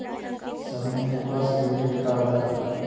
शबनम के पास credit card है